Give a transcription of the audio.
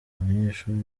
abanyeshuli